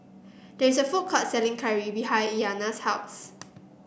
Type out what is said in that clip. there is a food court selling curry behind Iyanna's house